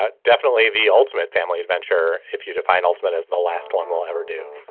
ah definitely the ultimate family adventure. if you define ultimate as the last one we'll ever do